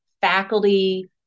faculty